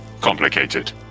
complicated